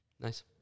Nice